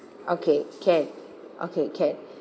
okay can okay can